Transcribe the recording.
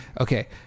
Okay